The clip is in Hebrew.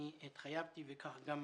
אני התחייבתי, וכך גם